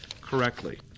correctly